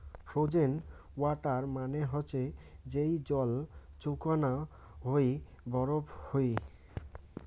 frozen water মানে হসে যেই জল চৌকুনা হই বরফ হই